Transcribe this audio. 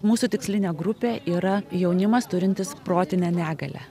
mūsų tikslinė grupė yra jaunimas turintis protinę negalią